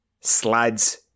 slides